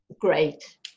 Great